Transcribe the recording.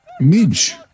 Midge